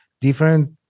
different